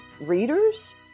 readers